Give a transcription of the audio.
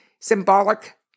symbolic